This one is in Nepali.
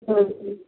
हजुर